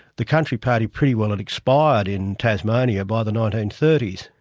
the country party pretty well had expired in tasmania by the nineteen thirty s.